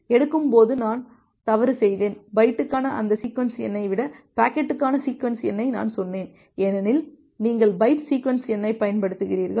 எடுக்கும் போது நான் தவறு செய்தேன் பைட்டுக்கான அந்த சீக்வென்ஸ் எண்ணை விட பாக்கெட்டுக்கான சீக்வென்ஸ் எண்ணை நான் சொன்னேன் ஏனெனில் நீங்கள் பைட் சீக்வென்ஸ் எண்ணைப் பயன்படுத்துகிறீர்கள்